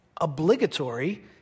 obligatory